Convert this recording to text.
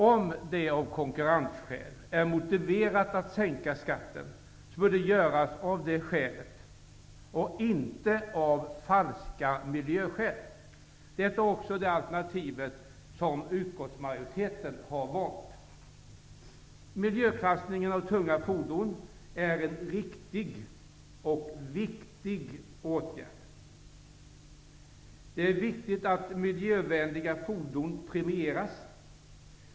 Om det av konkurrensskäl är motiverat att sänka skatten, bör det göras av det skälet och inte av falska miljöskäl. Det är också det alternativ som utskottsmajoriteten har valt. Miljöklassningen av tunga fordon är en riktig och viktig åtgärd. Det är viktigt att miljövänliga fordon premieras.